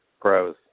pros